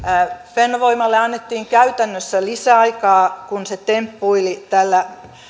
fennovoimalle annettiin käytännössä lisäaikaa kun se temppuili tällä